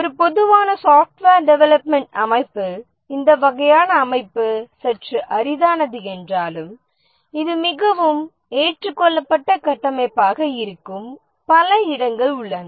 ஒரு பொதுவான software development அமைப்பில் இந்த வகையான அமைப்பு சற்று அரிதானது என்றாலும் இது மிகவும் ஏற்றுக்கொள்ளப்பட்ட கட்டமைப்பாக இருக்கும் பல இடங்கள் உள்ளன